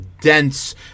dense